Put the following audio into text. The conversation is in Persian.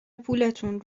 پولتون